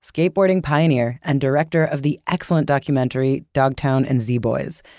skateboarding pioneer, and director of the excellent documentary dogtown and z boys,